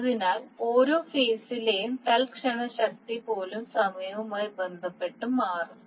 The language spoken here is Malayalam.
അതിനാൽ ഓരോ ഫേസിലെയും തൽക്ഷണ ശക്തി പോലും സമയവുമായി ബന്ധപ്പെട്ട് മാറും